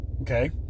Okay